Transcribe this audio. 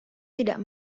tidak